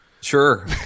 Sure